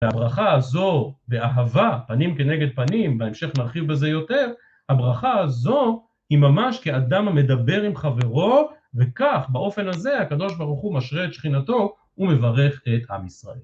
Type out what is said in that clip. והברכה הזו באהבה, פנים כנגד פנים, בהמשך נרחיב בזה יותר, הברכה הזו היא ממש כאדם המדבר עם חברו, וכך באופן הזה הקדוש ברוך הוא משרה את שכינתו ומברך את עם ישראל.